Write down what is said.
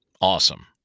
Awesome